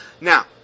Now